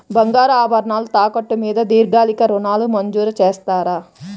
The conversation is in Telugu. బంగారు ఆభరణాలు తాకట్టు మీద దీర్ఘకాలిక ఋణాలు మంజూరు చేస్తారా?